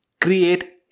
create